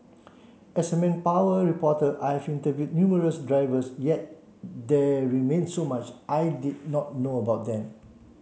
as a manpower reporter I have interviewed numerous drivers yet there remained so much I did not know about them